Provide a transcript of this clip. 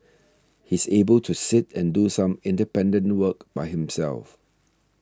he's able to sit and do some independent work by himself